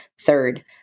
third